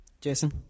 Jason